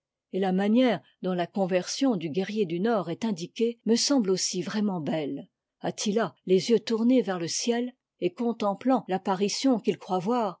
et la manière dont la conversion du guerrier du nord est indiquée m semble aussi vraiment belle attila les yeux tournés vers te ciel et contemplant l'apparition qu'i croit voir